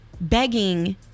begging